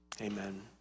Amen